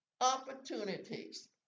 opportunities